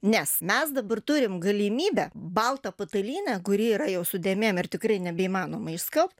nes mes dabar turime galimybę baltą patalynę kuri yra jau su dėmėm ir tikrai nebeįmanoma išskalbt